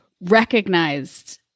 recognized